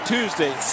Tuesday